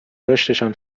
رشدشان